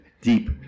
deep